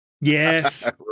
yes